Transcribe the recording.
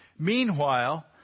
meanwhile